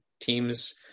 teams